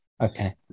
Okay